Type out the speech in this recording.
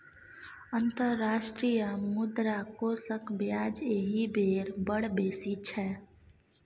अंतर्राष्ट्रीय मुद्रा कोषक ब्याज एहि बेर बड़ बेसी छै